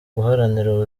guharanira